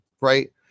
right